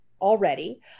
already